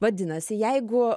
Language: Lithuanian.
vadinasi jeigu